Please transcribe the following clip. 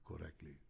correctly